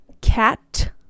cat